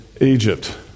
Egypt